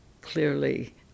clearly